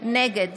נגד